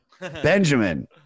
benjamin